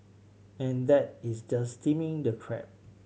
and that is just steaming the crab